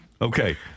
Okay